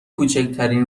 کوچکترین